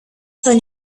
von